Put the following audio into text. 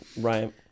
right